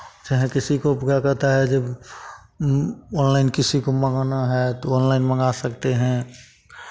चाहे किसी को क्या कहता है जब ऑनलाइन किसी को मंगाना है तो ऑनलाइन मंगा सकते हैं